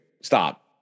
stop